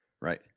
Right